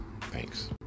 thanks